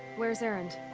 where's erend?